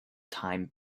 time